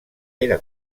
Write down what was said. era